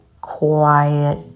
quiet